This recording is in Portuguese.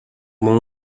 bom